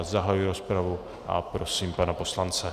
Já zahajuji rozpravu a prosím pana poslance.